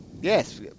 Yes